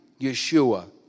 Yeshua